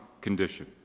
condition